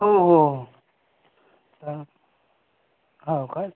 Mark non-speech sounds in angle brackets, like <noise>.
हो हो हो <unintelligible> हो काय